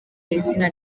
izina